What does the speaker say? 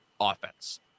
offense